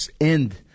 end